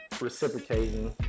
reciprocating